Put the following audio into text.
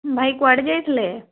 ଭାଇ କୁଆଡ଼େ ଯାଇଥିଲେ